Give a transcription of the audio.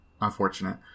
Unfortunate